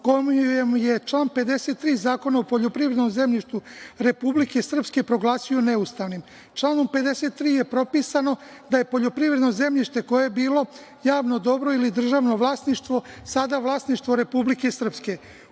kojom je član 53. Zakona o poljoprivrednom zemljištu Republike Srpske proglasio neustavnim. Članom 53. je propisano da je poljoprivredno zemljište koje je bilo javno dobro ili državno vlasništvo sada vlasništvo Republike Srpske.